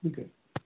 ठीक आहे